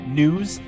news